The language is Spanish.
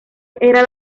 era